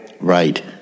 Right